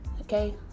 Okay